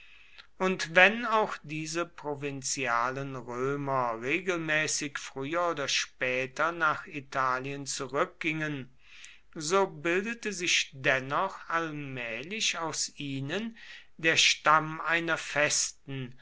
und wenn auch diese provinzialen römer regelmäßig früher oder später nach italien zurückgingen so bildete sich dennoch allmählich aus ihnen der stamm einer festen